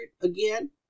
again